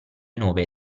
nove